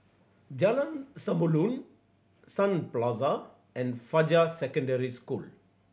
Jalan Samulun Sun Plaza and Fajar Secondary School